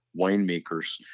winemakers